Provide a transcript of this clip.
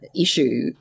issue